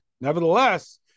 Nevertheless